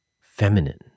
Feminine